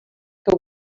que